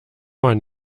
man